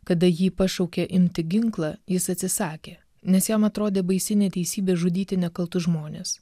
kada jį pašaukė imti ginklą jis atsisakė nes jam atrodė baisi neteisybė žudyti nekaltus žmones